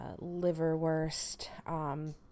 liverwurst